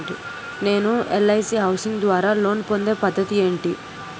నేను LIC housing ద్వారా loan పొందే పద్ధతి ఏంటి?